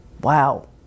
Wow